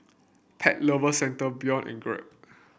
Pet Lover Centre Biore and Grab